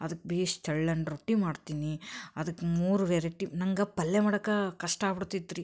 ಅದಕ್ಕೆ ಭೇಷ್ ತೆಳ್ಳನೆ ರೊಟ್ಟಿ ಮಾಡ್ತೀನಿ ಅದಕ್ಕೆ ಮೂರು ವೆರೈಟಿ ನಂಗೆ ಪಲ್ಯ ಮಾಡಕ್ಕೆ ಕಷ್ಟ ಆಗ್ಬಿಡ್ತಿತ್ತು ರೀ